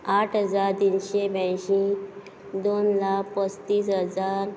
आठ हजार तिनशें ब्यांयशीं दोन लाख पस्तीस हजार